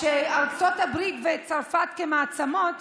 כשארצות הברית וצרפת כמעצמות,